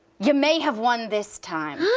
ya may have won this time.